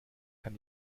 kann